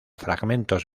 fragmentos